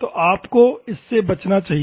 तो आपको इससे बचना चाहिए